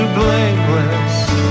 blameless